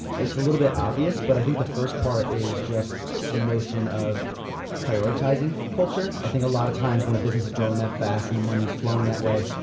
it's a little bit obvious, but i think the first part is just the notion of prioritizing culture. i think a lot of times when a business is growing that fast and the money is flowing that way,